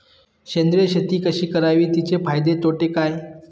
सेंद्रिय शेती कशी करावी? तिचे फायदे तोटे काय?